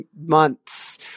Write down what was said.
months